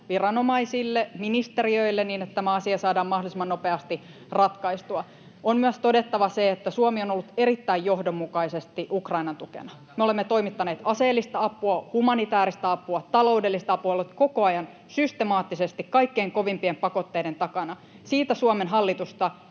viranomaisille, ministeriöille, niin että tämä asia saadaan mahdollisimman nopeasti ratkaistua. On myös todettava se, että Suomi on ollut erittäin johdonmukaisesti Ukrainan tukena. Me olemme toimittaneet aseellista apua, humanitääristä apua, taloudellista apua, olleet koko ajan systemaattisesti kaikkein kovimpien pakotteiden takana. Siitä Suomen hallitusta